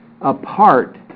apart